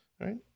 Right